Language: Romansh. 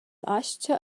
astga